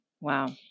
Wow